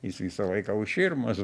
jis visą laiką už širmos